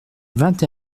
vingt